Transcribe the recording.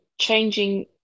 changing